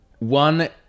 One